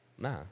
Nah